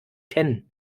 ken